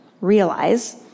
realize